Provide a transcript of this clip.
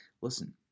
listen